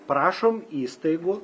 prašom įstaigų